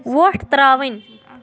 وۄٹھ ترٛاوٕنۍ